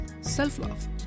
self-love